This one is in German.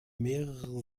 mehrere